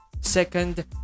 Second